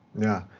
yeah,